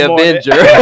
Avenger